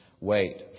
wait